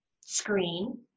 screen